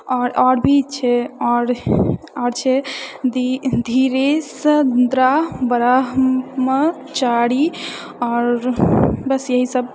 आओर आओर भी छै आओर आओर छै धीरेन्द्र ब्रह्मचारी आओर बस यही सब